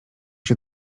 się